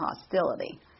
hostility